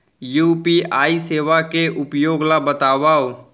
UPI सेवा के उपयोग ल बतावव?